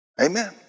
Amen